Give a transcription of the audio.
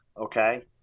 Okay